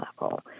level